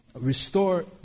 restore